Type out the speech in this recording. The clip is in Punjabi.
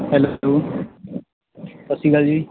ਹੈਲੋ ਸਤਿ ਸ਼੍ਰੀ ਅਕਾਲ ਜੀ